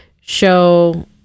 show